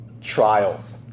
Trials